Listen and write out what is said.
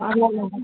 అలాగే మ్యా